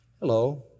Hello